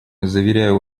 заверяю